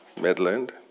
Midland